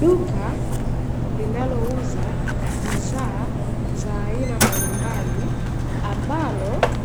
Duka linalouza bidhaa za aina mbalimbali ambalo